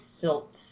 silt